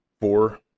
four